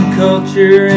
culture